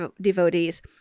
devotees